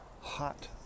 Hot